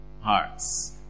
Hearts